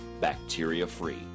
bacteria-free